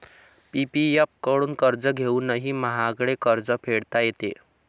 PPF कडून कर्ज घेऊनही महागडे कर्ज फेडता येते